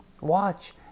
Watch